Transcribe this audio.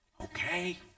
Okay